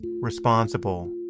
responsible